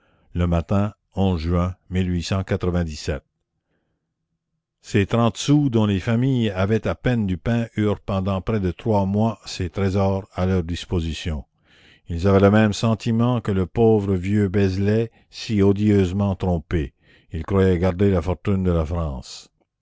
ces trente sous dont les familles avaient à peine du pain eurent pendant près de trois mois ces trésors à leur disposition ils avaient le même sentiment que le pauvre vieux beslay si odieusement trompé ils croyaient garder la fortune de la france